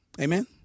Amen